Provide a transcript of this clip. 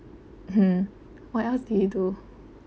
mmhmm what else did he do